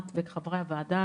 את וחברי הוועדה,